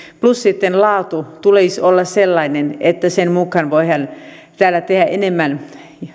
plus sitten laadun tulisi olla sellainen että sen mukaan voidaan täällä tehdä enemmän